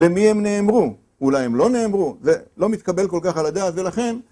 במי הם נאמרו, אולי הם לא נאמרו, זה לא מתקבל כל כך על הדעת ולכן